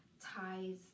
ties